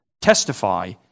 testify